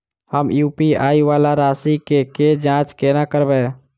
हम यु.पी.आई वला राशि केँ जाँच कोना करबै?